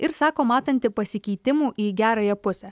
ir sako matanti pasikeitimų į gerąją pusę